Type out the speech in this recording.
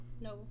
No